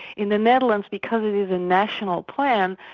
in the netherlands, because it is a national plan,